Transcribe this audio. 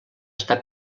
està